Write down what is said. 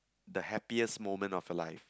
the happiest moment of a life